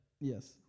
Yes